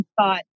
thought